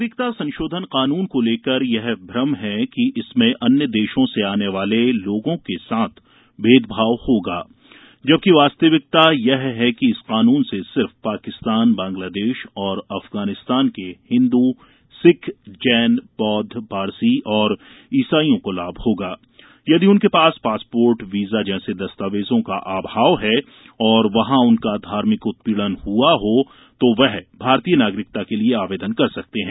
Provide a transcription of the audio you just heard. नागरिकता संशोधन कानून को लेकर यह भ्रम है कि इससे अन्य देशों से आने वाले लोगों के साथ भेदभाव होगा जबकि वास्तविकता यह है कि इस कानून से सिर्फ पाकिस्तान बांग्लादेश और अफगानिस्तान के हिन्दू सिख जैन बौद्ध पारसी और ईसाईयों को लाभ होगा यदि उनके पास पासपोर्ट वीजा जैसे दस्तावेजों का अभाव है और वहां उनका धार्मिक उत्पीड़न हुआ हो तो वह भारतीय नागरिकता के लिए आवेदन कर सकते हैं